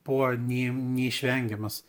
buvo ne neišvengiamas